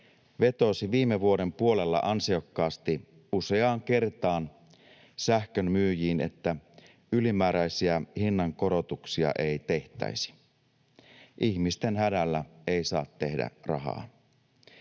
vetosi viime vuoden puolella ansiokkaasti useaan kertaan sähkönmyyjiin, että ylimääräisiä hinnankorotuksia ei tehtäisi. Ihmisten hädällä ei saa tehdä rahaa.